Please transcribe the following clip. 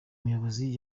muyobozi